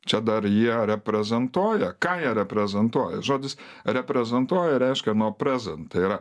čia dar jie reprezentuoja ką jie reprezentuoja žodis reprezentuoja reiškia nuo prezent tai yra